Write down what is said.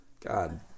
God